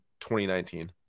2019